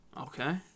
Okay